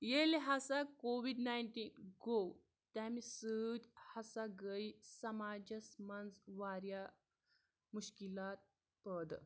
ییٚلہِ ہسا covid nineteen گوٚو تَمہِ سۭتۍ ہسا گٔیے سَماجس منز واریاہ مُشکٕلات پٲدٕ